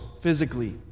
physically